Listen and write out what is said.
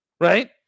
right